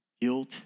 guilt